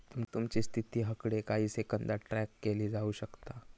तुमची स्थिती हकडे काही सेकंदात ट्रॅक केली जाऊ शकता